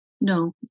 No